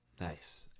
nice